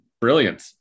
brilliant